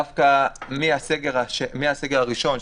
דווקא מהסגר הראשון,